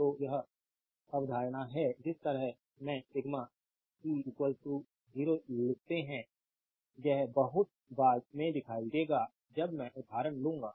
तो यह अवधारणा है जिस तरह से सिग्मा पी 0 लिखते हैं यह बहुत बाद में दिखाई देगा जब मैं उदाहरण लूंगा